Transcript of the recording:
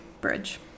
Bridge